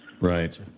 Right